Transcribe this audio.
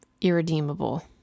irredeemable